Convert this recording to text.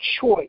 choice